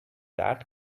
that